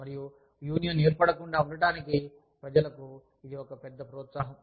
మరియు యూనియన్ ఏర్పడకుండా ఉండటానికి ప్రజలకు ఇది ఒక పెద్ద ప్రోత్సాహం